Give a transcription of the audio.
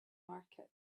market